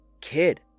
kid